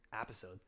episode